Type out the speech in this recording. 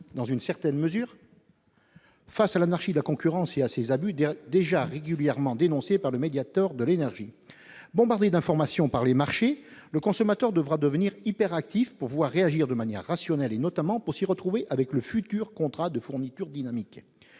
dans une certaine mesure, de l'anarchie de la concurrence et de ses abus, déjà régulièrement dénoncés par le médiateur de l'énergie. Bombardé d'informations par les marchés, le consommateur devra devenir hyperactif pour pouvoir réagir de manière rationnelle, en particulier pour s'y retrouver avec le futur contrat de fourniture dynamique.